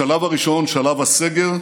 בשלב הראשון, שלב הסגר,